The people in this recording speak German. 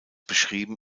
beschrieben